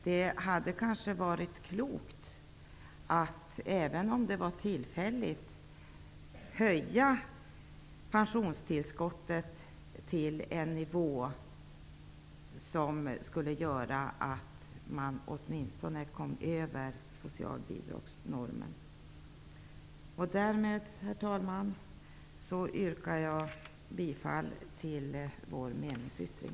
Det hade kanske varit klokt att, även om det gällde tillfälligt, höja pensionstillskottet till en sådan nivå att man åtminstone kom ovanför socialbidragsnormen. Därmed, herr talman, yrkar jag bifall till vår meningsyttring.